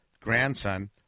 grandson